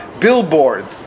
Billboards